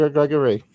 Gregory